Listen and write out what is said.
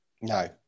No